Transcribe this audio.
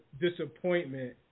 disappointment